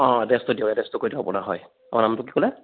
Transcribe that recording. অ এড্ৰেছটো দিয়ক এড্ৰেছটো কৈ থওক আপোনাক হয় অ নামটো কি ক'লে